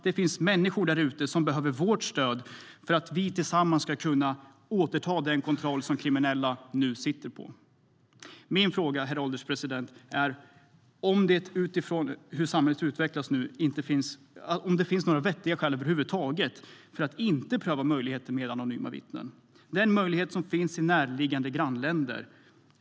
Det finns människor där ute som behöver vårt stöd för att vi tillsammans ska kunna återta den kontroll som kriminella nu sitter på. Herr ålderspresident! Min fråga är om det utifrån hur samhället nu utvecklas finns några vettiga skäl över huvud taget för att inte pröva möjligheten med anonyma vittnen. Den möjligheten finns i närliggande grannländer.